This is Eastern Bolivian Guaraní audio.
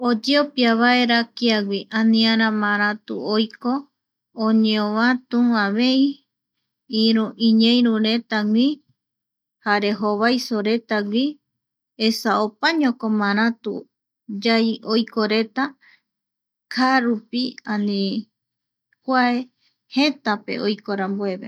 Oyeopia vaera kiagui aniara maratu oiko oñeovatu avei, iru iñeiruretagui, jare jovaisoretagui esa opañoko maratu yai oikoreta kaarupi ani kuae jëtape oiko rambueve.